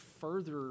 further